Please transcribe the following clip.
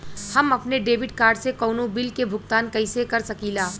हम अपने debit card से कउनो बिल के भुगतान कइसे कर सकीला?